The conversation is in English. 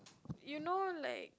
you know like